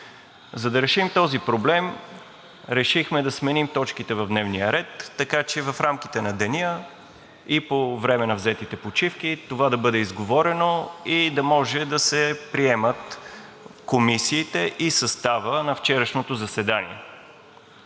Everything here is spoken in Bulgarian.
За да решим този проблем, решихме да сменим точките в дневния ред, така че в рамките на деня и по време на взетите почивки това да бъде изговорено и да може да се приемат комисиите и съставът на вчерашното заседание.